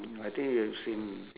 mm I think you have seen